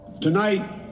Tonight